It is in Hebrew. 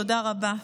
תודה רבה.